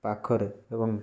ପାଖରେ ଏବଂ